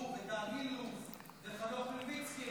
הוא ודן אילוז וחנוך מלביצקי,